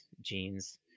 genes